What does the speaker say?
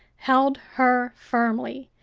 held her firmly,